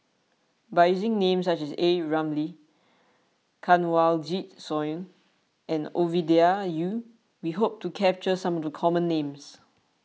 by using names such as A Ramli Kanwaljit Soin and Ovidia Yu we hope to capture some of the common names